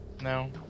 No